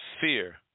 fear